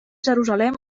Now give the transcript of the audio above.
jerusalem